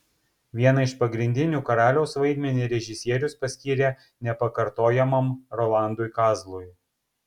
vieną iš pagrindinių karaliaus vaidmenį režisierius paskyrė nepakartojamam rolandui kazlui